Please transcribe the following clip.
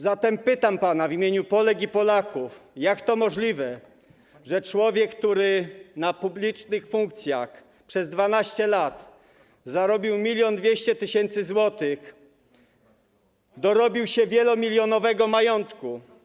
Zatem pytam pana w imieniu Polek i Polaków: Jak to możliwe, że człowiek, który na publicznych funkcjach przez 12 lat zarobił 1200 tys. zł, dorobił się wielomilionowego majątku?